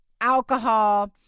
alcohol